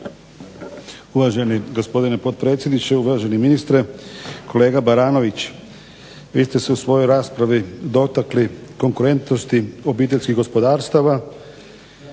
Uvaženi gospodine potpredsjedniče, uvaženi ministre. Kolega Baranović, vi ste se u svojoj raspravi dotakli konkurentnosti obiteljskih gospodarstava.